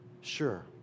sure